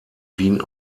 wien